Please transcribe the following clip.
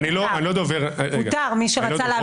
אני לא דובר שלו.